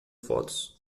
fotos